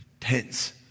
tense